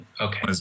okay